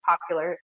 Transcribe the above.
popular